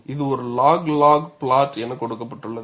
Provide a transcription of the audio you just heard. இது ஒரு log log plot என கொடுக்கப்பட்டுள்ளது